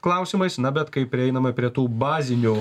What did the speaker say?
klausimais na bet kai prieinama prie tų bazinių